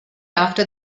after